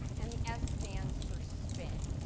and the s stands for spin.